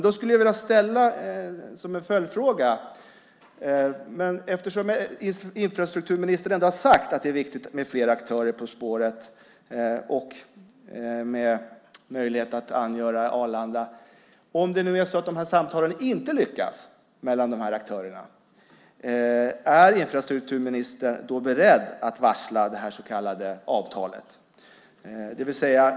Då skulle jag vilja ställa en följdfråga eftersom infrastrukturministern har sagt att det är viktigt med fler aktörer på spåret med möjlighet att angöra Arlanda. Om samtalen mellan de här aktörerna inte lyckas, är infrastrukturministern då beredd att varsla det här så kallade avtalet?